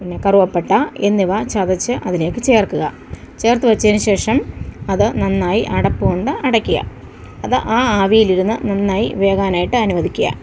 പിന്നെ കറുവപ്പട്ട എന്നിവ ചതച്ച് അതിലേക്ക് ചേർക്കുക ചേർത്ത് വച്ചതിന് ശേഷം അത് നന്നായി അടപ്പ് കൊണ്ട് അടയ്ക്കുക അത് ആ ആവിയിൽ ഇരുന്ന് നന്നായി വേവാനായിട്ട് അനുവദിക്കുക